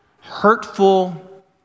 hurtful